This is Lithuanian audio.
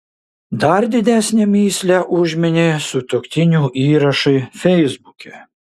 dar didesnę mįslę užminė sutuoktinių įrašai feisbuke